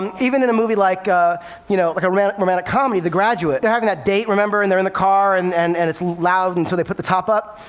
and even in a movie like a you know like romantic romantic comedy, the graduate, they're having that date, and they're in the car, and and and it's loud, and so they put the top up.